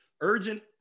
urgent